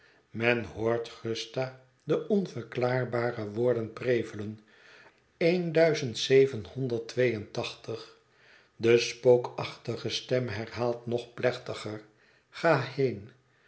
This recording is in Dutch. men hoort gusta de onverklaarbare woorden prevelen een duizend zevenhonderd twee en tachtig de spookachtige stem herhaalt nog plechtiger ga heen